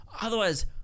otherwise